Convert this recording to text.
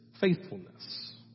faithfulness